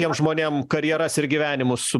tiem žmonėm karjeras ir gyvenimus su